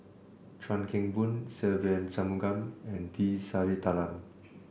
Chuan Keng Boon Se Ve Shanmugam and T Sasitharan